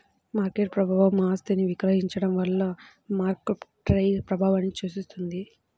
market ప్రభావం ఆస్తిని విక్రయించడం వల్ల మార్కెట్పై ప్రభావాన్ని సూచిస్తుంది